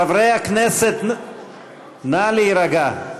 חברי הכנסת, נא להירגע.